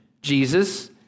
Jesus